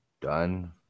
done